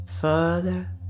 Further